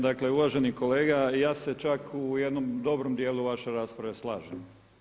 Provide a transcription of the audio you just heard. Dakle, uvaženi kolega, ja se čak u jednom dobrom dijelu vaše rasprave slažem.